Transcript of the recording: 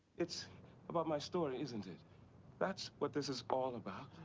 it's about my story, isn't it thats what this is all about.